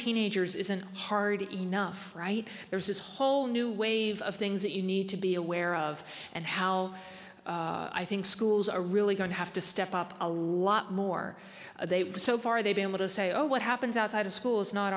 teenagers isn't hard enough right there's this whole new wave of things that you need to be aware of and how i think schools are really going to have to step up a lot more they were so far they be able to say oh what happens outside of school is not